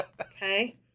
Okay